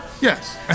Yes